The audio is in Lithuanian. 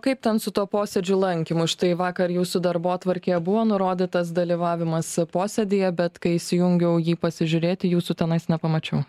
kaip ten su tuo posėdžių lankymu štai vakar jūsų darbotvarkėje buvo nurodytas dalyvavimas posėdyje bet kai įsijungiau jį pasižiūrėti jūsų tenais nepamačiau